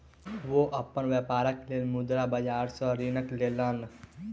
ओ अपन व्यापारक लेल मुद्रा बाजार सॅ ऋण लेलैन